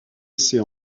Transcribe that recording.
essaie